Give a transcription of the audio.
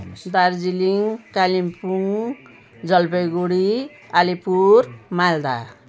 Darjeeling Kalimpong Jalpaiguri Alipur Malda